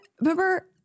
remember